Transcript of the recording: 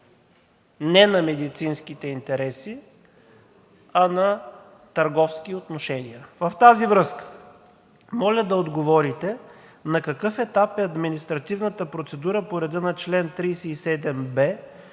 не на медицинските интереси, а на търговски отношения. В тази връзка, моля да отговорите на какъв етап е административната процедура по реда на чл. 37б